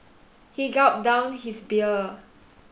he gulped down his beer